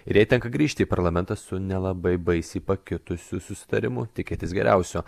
ir jai tenka grįžti į parlamentą su nelabai baisiai pakitusiu susitarimu tikėtis geriausio